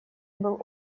был